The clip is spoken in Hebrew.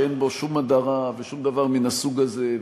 שאין בו שום הדרה ושום דבר מן הסוג הזה,